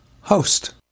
host